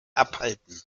abhalten